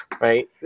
right